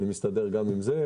אני מסתדר גם עם זה.